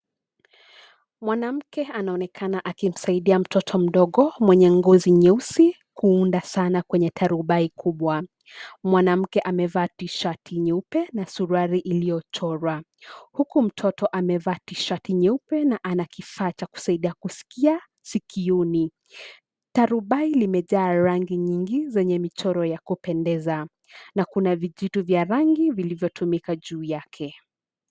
Mwanamke anaonekana akimsaidia mtoto mdogo, mwenye ngozi nyeusi, kuunda sanaa kwenye tarubai kubwa. Mwanamke amevaa tishati nyeupe, na suruali iliyochorwa. Huku mtoto amevaa tishati nyeupe, na ana kifaa cha kusaidia kusikia, sikioni. Tarubai limejaa rangi nyingi zenye michoro ya kupendeza, na kuna vijitu vya rangi vilivyotumika juu yake.